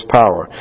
power